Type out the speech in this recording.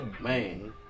Man